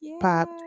Pop